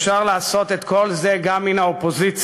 אפשר לעשות את כל זה גם מן האופוזיציה.